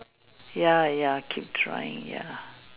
ya ya keep trying ya